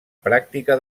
pràctica